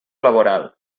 laboral